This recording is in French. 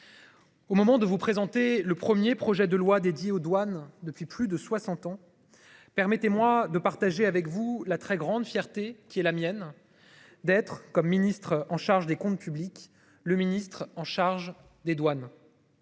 Au moment de vous présenter le 1er projet de loi dédié aux douanes depuis plus de 60 ans. Permettez-moi de partager avec vous la très grande fierté qui est la mienne d'être comme ministre en charge des comptes publics, le ministre en charge des douanes.